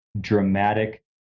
dramatic